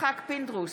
יצחק פינדרוס,